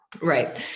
right